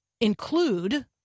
include